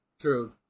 True